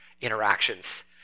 interactions